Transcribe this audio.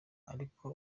ariko